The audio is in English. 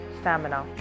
stamina